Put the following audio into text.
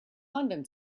london